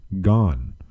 Gone